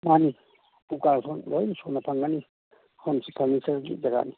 ꯃꯥꯅꯤ ꯎꯄꯨ ꯀꯥꯡꯊꯣꯟ ꯂꯣꯏꯅ ꯁꯨꯅ ꯐꯪꯒꯅꯤ ꯃꯐꯝꯁꯤ ꯐꯔꯅꯤꯆꯔꯒꯤ ꯖꯒꯥꯅꯤ